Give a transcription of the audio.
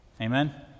Amen